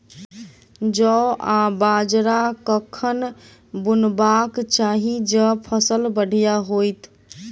जौ आ बाजरा कखन बुनबाक चाहि जँ फसल बढ़िया होइत?